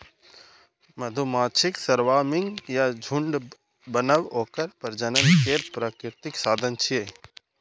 मधुमाछीक स्वार्मिंग या झुंड बनब ओकर प्रजनन केर प्राकृतिक साधन छियै